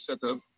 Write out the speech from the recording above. setup